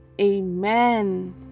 Amen